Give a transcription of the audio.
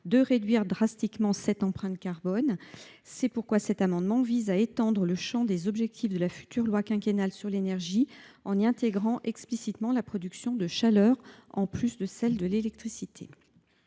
de réduire fortement leur empreinte carbone. Cet amendement vise donc à étendre le champ des objectifs de la future loi quinquennale sur l’énergie en y intégrant explicitement la production de chaleur en plus de celle de l’électricité.